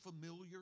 familiar